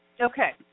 Okay